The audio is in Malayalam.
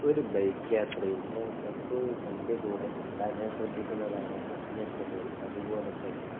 ഒരു ബൈക്ക് യാത്രയിൽ ഞാൻ എപ്പോഴും എൻ്റെ കൂടെ ഉണ്ടാകാൻ ശ്രദ്ധിക്കുന്നതാണ് ഹെൽമെറ്റുകൾ അതുപോലെ തന്നെ